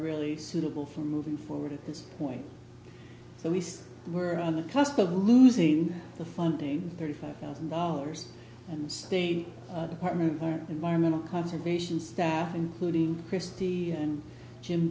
really suitable for moving forward at this point so we still were on the cusp of losing the funding thirty five thousand dollars and the state department of environmental conservation staff including christy and jim